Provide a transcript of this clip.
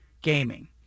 gaming